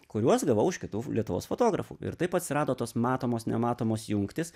kuriuos gavau iš kitų lietuvos fotografų ir taip atsirado tos matomos nematomos jungtys